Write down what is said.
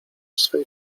swej